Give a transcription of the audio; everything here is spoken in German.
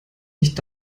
nicht